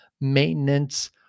maintenance